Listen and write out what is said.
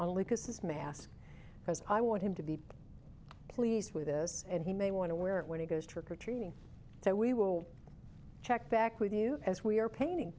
only because this mask because i want him to be pleased with this and he may want to wear it when he goes trick or treating so we will check back with you as we are painting